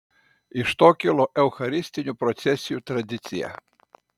iš to kilo eucharistinių procesijų tradicija